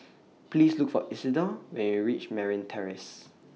Please Look For Isidor when YOU REACH Merryn Terrace